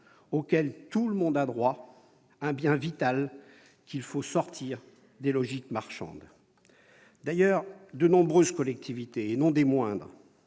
auquel tout le monde a droit, un bien vital qu'il faut sortir des logiques marchandes. D'ailleurs, de nombreuses collectivités, et non des moindres,